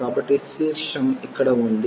కాబట్టి శీర్షం ఇక్కడ ఉంది